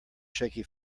shaky